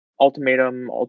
ultimatum